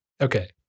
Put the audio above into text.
Okay